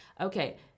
Okay